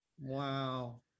Wow